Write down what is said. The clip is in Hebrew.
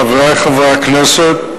חברי חברי הכנסת,